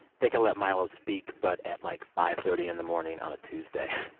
they can let milo speak but at, like, five thirty in the morning on a tuesday.